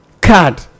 card